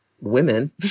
women